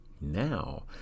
Now